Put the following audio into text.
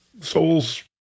Soul's